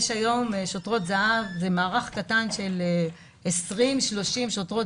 יש היום שוטרות זה"ב במערך קטן של 30-20 שוטרות